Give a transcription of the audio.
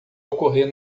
ocorrer